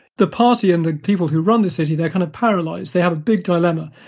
the party and the people who run the city, they're kind of paralyzed. they have a big dilemma.